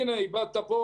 והנה איבדת פה